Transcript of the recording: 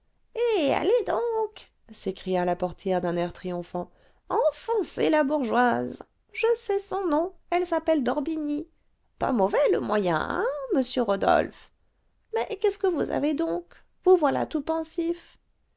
alllllez donc s'écria la portière d'un air triomphant enfoncée la bourgeoise je sais son nom elle s'appelle d'orbigny pas mauvais le moyen hein monsieur rodolphe mais qu'est-ce que vous avez donc vous voilà tout pensif